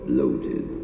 Bloated